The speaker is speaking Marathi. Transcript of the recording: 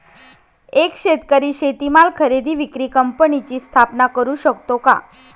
एक शेतकरी शेतीमाल खरेदी विक्री कंपनीची स्थापना करु शकतो का?